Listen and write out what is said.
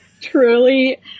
truly